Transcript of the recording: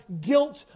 guilt